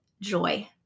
joy